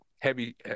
Heavy